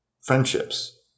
friendships